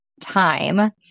time